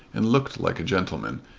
and looked like a gentleman,